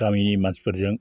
गामिनि मानसिफोरजों